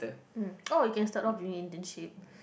uh oh you can start off during internship